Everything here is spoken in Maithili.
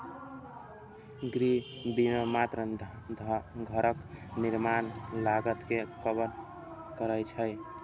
गृह बीमा मात्र घरक निर्माण लागत कें कवर करै छै